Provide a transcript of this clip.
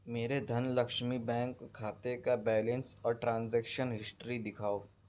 میرے دھن لکشمی بینک کھاتے کا بیلنس اور ٹرانزیکشن ہسٹری دکھاؤ